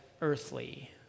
earthly